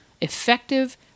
effective